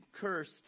cursed